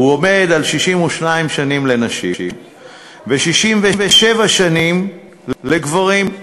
והוא עומד על 62 שנים לנשים ו-67 שנים לגברים.